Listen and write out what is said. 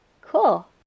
Cool